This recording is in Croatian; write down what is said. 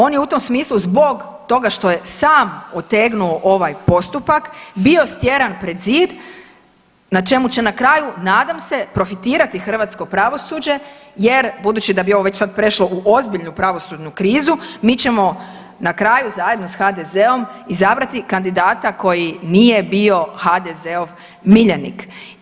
On je u tom smislu zbog toga što je sam otegnuo ovaj postupak bio stjeran pred zid na čemu će na kraju nadam se profitirati hrvatsko pravosuđe jer budući da bi ovo već sad prešlo u ozbiljnu pravosudnu krizu, mi ćemo na kraju zajedno sa HDZ-om izabrati kandidata koji nije bio HDZ-ov miljenik.